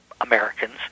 Americans